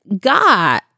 God